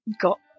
got